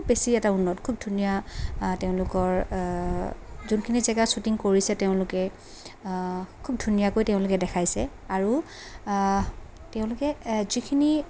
খুব বেছি এটা উন্নত খুব ধুনীয়া তেওঁলোকৰ যোনখিনি জেগা শ্বুটিং কৰিছে তেওঁলোকে খুব ধুনীয়াকৈ তেওঁলোকে দেখাইছে আৰু তেওঁলোকে যিখিনি